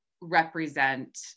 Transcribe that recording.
represent